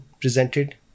presented